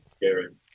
Gary